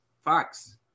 Fox